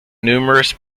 numerous